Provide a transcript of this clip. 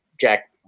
Jack